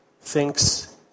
thinks